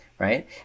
right